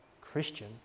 Christian